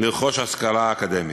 לרכוש השכלה אקדמית.